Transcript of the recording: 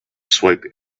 swipe